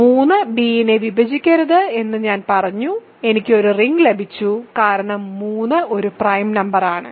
3 b നെ വിഭജിക്കരുത് എന്ന് ഞാൻ പറഞ്ഞു എനിക്ക് ഒരു റിങ് ലഭിച്ചു കാരണം 3 ഒരു പ്രൈം ആണ്